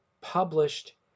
published